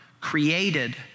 created